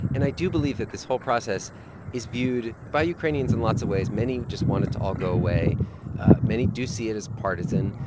and i do believe that this whole process is viewed by ukrainians in lots of ways. many just want it to all go away many do see it as partisan.